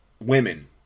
women